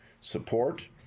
support